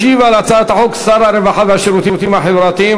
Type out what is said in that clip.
ישיב על הצעת החוק שר הרווחה והשירותים החברתיים,